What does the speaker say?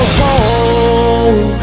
home